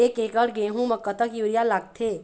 एक एकड़ गेहूं म कतक यूरिया लागथे?